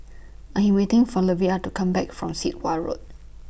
I'm waiting For Levar to Come Back from Sit Wah Road